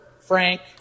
Frank